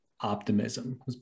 optimism